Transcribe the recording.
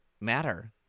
matter